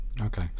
Okay